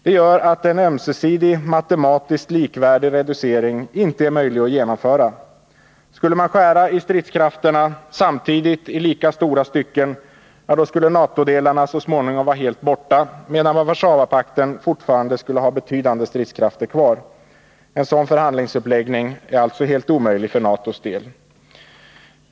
Det gör att en ömsesidig, matematiskt likvärdig reducering inte är möjlig att genomföra. Skulle man samtidigt skära stridskrafterna i lika stora stycken, skulle NATO-delarna så småningom vara helt borta medan Warszawapakten fortfarande skulle ha betydande stridskrafter kvar. En sådan förhandlingsuppläggning är således helt omöjlig för NATO:s del.